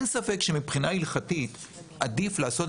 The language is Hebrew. אין ספק שמבחינה הלכתית עדיף לעשות